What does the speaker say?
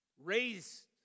Raised